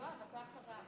מי אחריו?